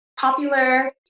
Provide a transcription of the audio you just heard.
popular